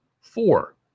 four